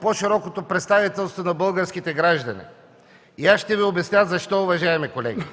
по-широкото представителство на българските граждани, и ще Ви обясня защо, уважаеми колеги.